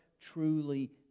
truly